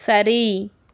சரி